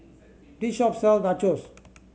this shop sell Nachos